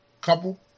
couple